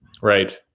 Right